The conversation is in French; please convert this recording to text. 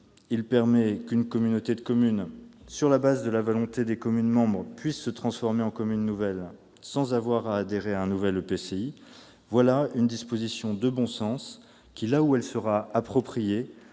il permet qu'une communauté de communes, sur la base de la volonté de ses communes membres, puisse se transformer en commune nouvelle sans avoir à adhérer un nouvel EPCI. Voilà une disposition de bon sens qui, là où sa mise en oeuvre sera appropriée,